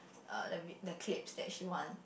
uh the vid~ the clips that she want